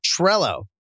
Trello